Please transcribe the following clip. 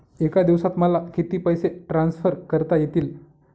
एका दिवसात मला किती पैसे ट्रान्सफर करता येतील?